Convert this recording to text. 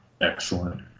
Excellent